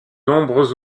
nombreux